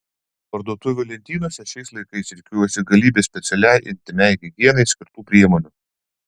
parduotuvių lentynose šiais laikais rikiuojasi galybė specialiai intymiai higienai skirtų priemonių